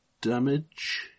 damage